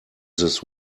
this